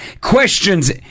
questions